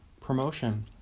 promotion